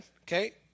Okay